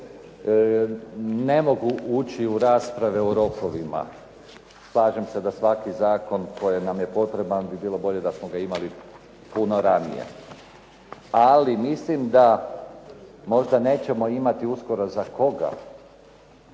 Ne mogu ući u rasprave o rokovima. Slažem se da svaki zakon koji nam je potreban bi bilo bolje da smo ga imali puno ranije. Ali mislim da možda nećemo imati uskoro za koga,